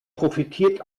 profitiert